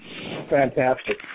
Fantastic